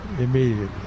immediately